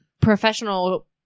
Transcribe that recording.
professional